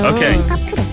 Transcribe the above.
Okay